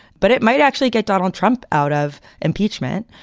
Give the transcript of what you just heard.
but it might actually get donald trump out of impeachment.